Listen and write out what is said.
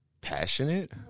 passionate